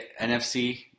NFC